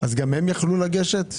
הם יכלו לגשת?